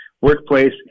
workplace